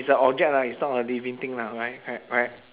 it's a object lah it's not a living thing lah right right right